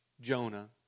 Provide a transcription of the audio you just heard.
Jonah